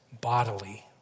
bodily